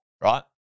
right